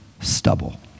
stubble